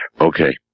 Okay